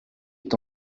est